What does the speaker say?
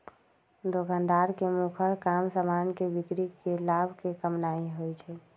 दोकानदार के मुखर काम समान के बिक्री कऽ के लाभ कमानाइ होइ छइ